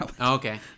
Okay